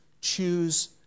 choose